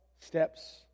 steps